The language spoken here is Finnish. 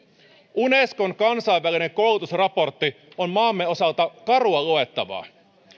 unescon kansainvälinen koulutusraportti on maamme osalta karua luettavaa